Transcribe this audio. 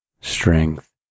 strength